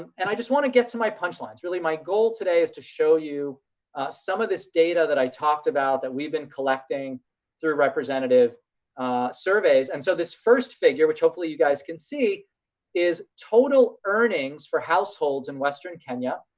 and i just wanna get to my punchlines, really my goal today is to show you some of this data that i talked about that we've been collecting through representative surveys. and so this first figure, which hopefully you guys can see is total earnings for households in western kenya.